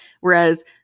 Whereas